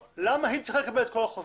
למה היא צריכה לקבל את כל החוזה?